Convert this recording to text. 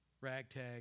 ragtag